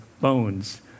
bones